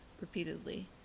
repeatedly